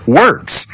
works